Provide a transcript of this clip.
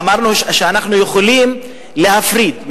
אמרנו שאנחנו יכולים להפריד,